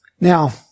now